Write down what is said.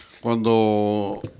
cuando